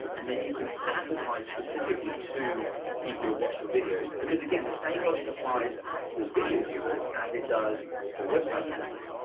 and then you can advertise specifically to people who have watched your videos. because again the same logic applies for video viewers, as it does for website visitors.